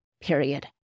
period